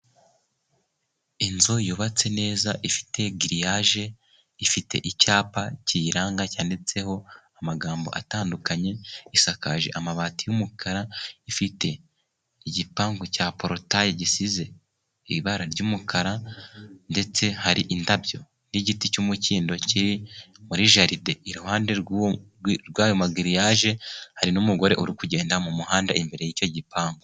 Inzu yubatse neza ifite giriyaje ifite icyapa kiyiranga cyanditseho amagambo atandukanye isakaje amabati' yumukara ifite igipangu cya porotayi gisize ibara ry'umukara ndetse hari indabyo n'igiti cy'umukindo kiri muri jaride iruhande rw'ayo magiriyage hari n'umugore uri kugenda mu muhanda imbere y'icyo gipangu.